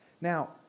Now